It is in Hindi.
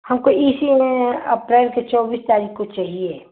हमको इस महीने अप्रैल की चौबीस तारीख को चाहिए